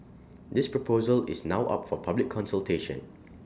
this proposal is now up for public consultation